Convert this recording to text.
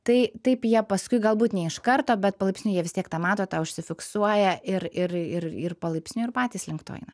tai taip jie paskui galbūt ne iš karto bet palaipsniui jie vis tiek tą mato tą užsifiksuoja ir ir palaipsniui ir patys link to eina